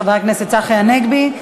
חבר הכנסת צחי הנגבי.